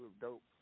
dope